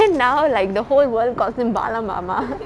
then now like the whole world calls him bala mama